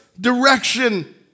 direction